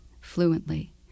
fluently